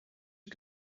you